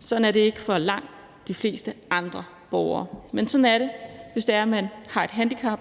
Sådan er det ikke for langt de fleste andre borgere. Men sådan er det, hvis man har et handicap,